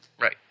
Right